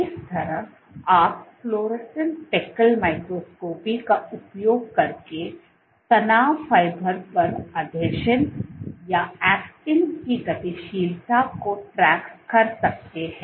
इस तरह आप फ्लोरेसेंस स्पेकल माइक्रोस्कोपी का उपयोग करके तनाव फाइबर पर आसंजन या ऐक्टिन की गतिशीलता को ट्रैक कर सकते हैं